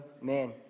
man